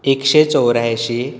एकशें चौऱ्यांयशीं